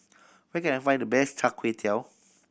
where can I find the best Char Kway Teow